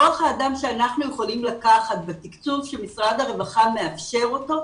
כח האדם שאנחנו יכולים לקחת בתקצוב שמשרד הרווחה מאפשר אותו,